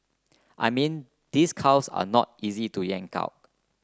I mean these cows are not easy to yank out